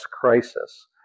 crisis